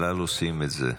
אל על עושים את זה.